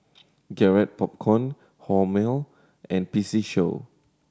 Garrett Popcorn Hormel and P C Show